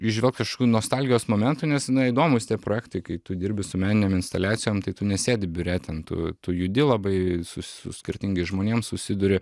įžvelgt kažkokių nostalgijos momentų nes na įdomūs tie projektai kai tu dirbi su meninėm instaliacijom tai tu nesėdi biure ten tu tu judi labai su su skirtingais žmonėm susiduri